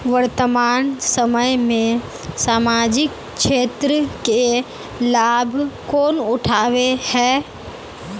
वर्तमान समय में सामाजिक क्षेत्र के लाभ कौन उठावे है?